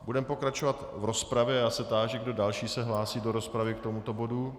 Budeme pokračovat v rozpravě a já se táži, kdo další se hlásí do rozpravy k tomuto bodu.